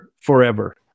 forever